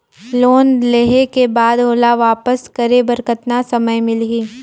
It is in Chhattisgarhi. लोन लेहे के बाद ओला वापस करे बर कतना समय मिलही?